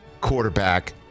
quarterback